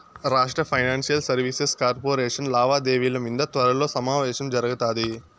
రాష్ట్ర financial services corporation లావాదేవిల మింద త్వరలో సమావేశం జరగతాది